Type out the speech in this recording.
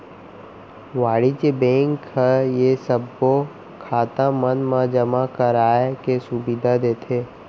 वाणिज्य बेंक ह ये सबो खाता मन मा जमा कराए के सुबिधा देथे